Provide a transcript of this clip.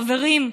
חברים,